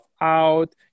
out